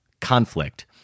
conflict